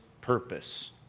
purpose